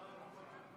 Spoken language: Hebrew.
עברה.